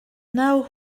now